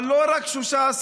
אבל לא רק 13,